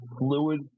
fluid